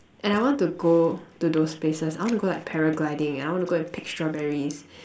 and I want to go to those places I want to go like para-gliding I want to go and pick strawberries